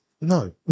No